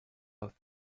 mouth